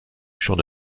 champ